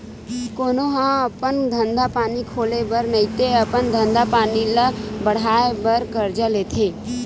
कोनो ह अपन धंधा पानी खोले बर नइते अपन धंधा पानी ल बड़हाय बर करजा लेथे